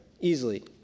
easily